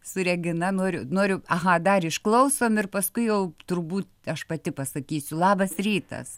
su regina noriu noriu aha dar išklausom ir paskui jau turbūt aš pati pasakysiu labas rytas